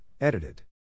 edited